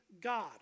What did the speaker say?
God